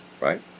right